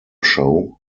show